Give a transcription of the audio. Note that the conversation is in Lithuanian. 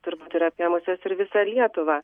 turbūt yra apėmusios ir visą lietuvą